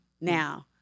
now